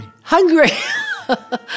Hungry